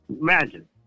Imagine